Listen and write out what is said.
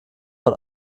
von